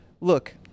look